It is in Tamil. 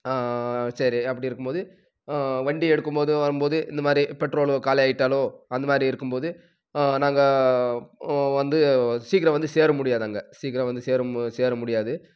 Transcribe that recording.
சரி அப்படி இருக்கும் போது வண்டியை எடுக்கும் போது வரும் போது இந்த மாதிரி பெட்ரோல் காலி ஆயிட்டாலோ அந்த மாதிரி இருக்கும் போது நாங்கள் வந்து சீக்கிரம் வந்து சேர முடியாது அங்கே சீக்கிரம் வந்து சேர மு சேர முடியாது